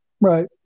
Right